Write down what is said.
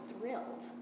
thrilled